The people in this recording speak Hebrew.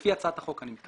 לפי הצעת החוק.